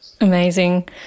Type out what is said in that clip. Amazing